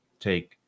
take